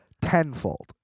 Tenfold